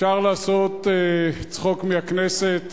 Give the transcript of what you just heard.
אפשר לעשות צחוק מהכנסת,